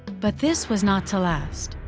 but this was not to last.